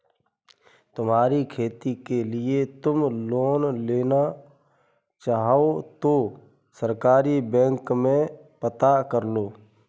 तुम्हारी खेती के लिए तुम लोन लेना चाहो तो सहकारी बैंक में पता करलो